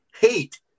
Hate